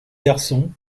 garçon